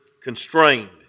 constrained